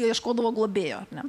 ieškodavo globėjo ar ne